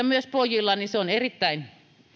myös pojilla se on erittäin